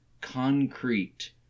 concrete